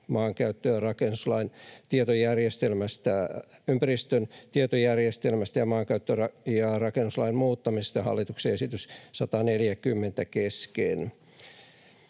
maankäyttö‑ ja rakennuslain tietojärjestelmästä, ympäristön tietojärjestelmästä ja maankäyttö‑ ja rakennuslain muuttamisesta hallituksen esitys 140.